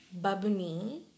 Babuni